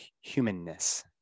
humanness